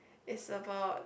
it's about